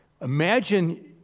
Imagine